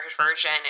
version